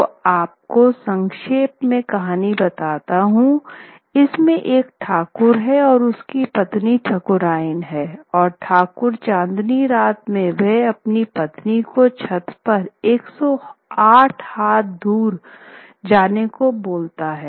तो आपको संक्षेप में कहानी बताता हूँ इसमे एक ठाकुर है और उसकी पत्नी ठाकुरायन है और ठाकुर चांदनी रात में वह अपनी पत्नी को छत पर 108 हाथ दूर जाने को बोलता है